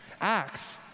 Acts